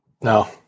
No